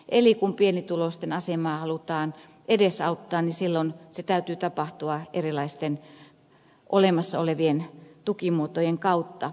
eli kun pienituloisten asemaa halutaan edesauttaa niin silloin sen täytyy tapahtua erilaisten olemassa olevien tukimuotojen kautta